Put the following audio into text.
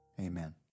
Amen